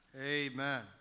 Amen